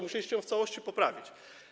Musieliście ją w całości poprawić.